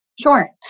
Sure